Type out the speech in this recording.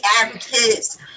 advocates